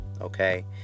Okay